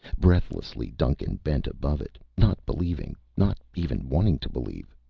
breathlessly, duncan bent above it, not believing, not even wanting to believe,